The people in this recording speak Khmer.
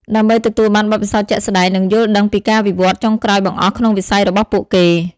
ដើម្បីទទួលបានបទពិសោធន៍ជាក់ស្តែង និងយល់ដឹងពីការវិវត្តន៍ចុងក្រោយបង្អស់ក្នុងវិស័យរបស់ពួកគេ។